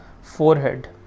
forehead